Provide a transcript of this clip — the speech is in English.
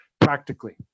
practically